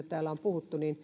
täällä on puhuttu